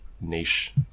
niche